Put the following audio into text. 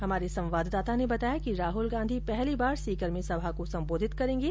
हमारे संवाददाता ने बताया कि राहल गांधी पहली बार सीकर में सभा को संबोधित करेंगे